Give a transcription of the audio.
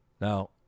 Now